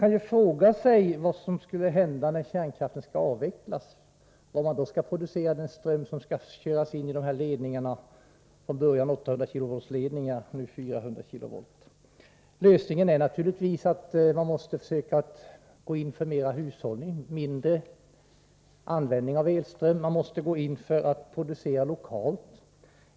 Man kan fråga sig vad som skall hända när kärnkraftverken avvecklas, var man då skall producera den ström som skall köras in i dessa ledningar — från början på 800 kV och nu på 400 kV. Lösningen är naturligtvis att man måste försöka gå in för mera hushållning, mindre användning av elström. Man måste gå in för att producera lokalt.